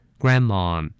Grandma